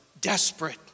desperate